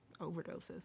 overdoses